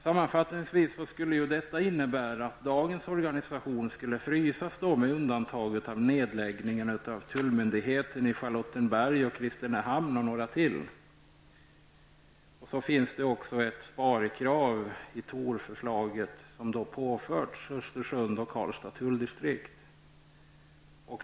Sammanfattningsvis skulle detta innebära att dagens organisation fryses med undantag för nedläggningen av tullmyndigheterna i Det finns också ett sparkrav i ToR-förslaget som har påförts Östersunds och Karlstads tulldistrikt.